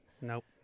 Nope